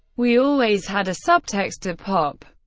we always had a subtext of pop.